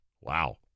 Wow